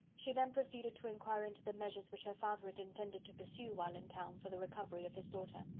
she then proceeded to inquire into the measures which her father had intended to pursue, while in town, for the recovery of his daughter.